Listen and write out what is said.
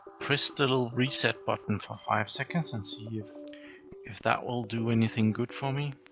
press the little reset button for five seconds and see if if that will do anything good for me.